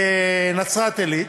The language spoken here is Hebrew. בנצרת-עילית,